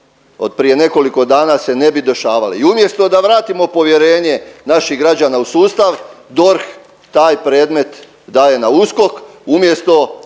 od prije nekoliko dana se ne bi dešavali. I umjesto da vratimo povjerenje naših građana u sustav DORH taj predmet daje na USKOK umjesto